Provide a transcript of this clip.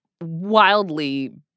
wildly